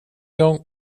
igång